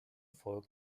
volk